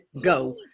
go